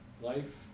life